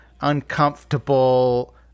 uncomfortable